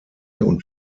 und